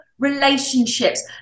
relationships